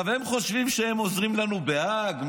הם חושבים שהם עוזרים לנו בהאג.